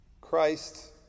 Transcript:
Christ